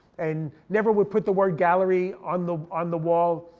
and never would put the word gallery on the on the wall,